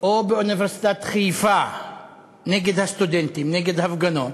או באוניברסיטת חיפה נגד הסטודנטים, נגד הפגנות,